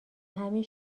همین